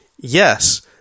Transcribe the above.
Yes